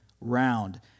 round